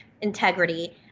integrity